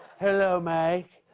hello, mike.